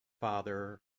Father